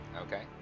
Okay